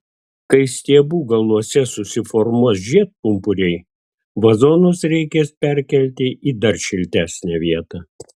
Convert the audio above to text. kai stiebų galuose susiformuos žiedpumpuriai vazonus reikės perkelti į dar šiltesnę vietą